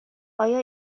آیا